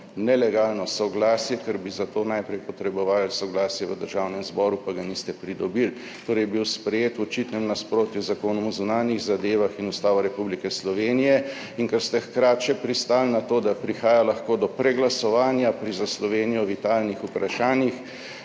nelegalno soglasje, ker bi za to najprej potrebovali soglasje v Državnem zboru, pa ga niste pridobili, torej je bil sprejet v očitnem nasprotju z Zakonom o zunanjih zadevah in Ustavo Republike Slovenije. In ker ste hkrati še pristali na to, da lahko prihaja do preglasovanja pri za Slovenijo vitalnih vprašanjih,